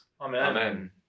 Amen